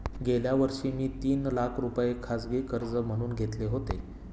गेल्या वर्षी मी तीन लाख रुपये खाजगी कर्ज म्हणून घेतले होते